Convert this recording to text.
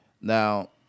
Now